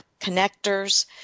connectors